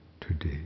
today